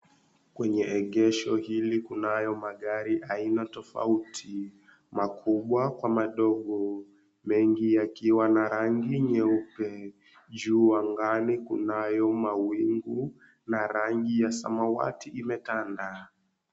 Kwenye egesho hili, kunayo magari aina tofauti, makubwa kwa madogo, mengi yakiwa na rangi nyeupe, juu angani, kunayo mawingu na rangi ya samawati imetanda.